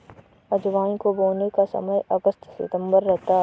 अजवाइन को बोने का समय अगस्त सितंबर रहता है